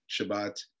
Shabbat